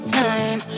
time